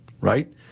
right